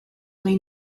may